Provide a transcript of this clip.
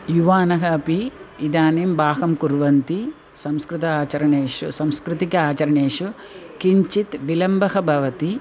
युवानः अपि इदानीं भागं कुर्वन्ति संस्कृत आचरणेषु सांस्कृतिक आचरणेषु किञ्चित् विलम्बः भवति